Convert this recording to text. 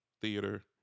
Theater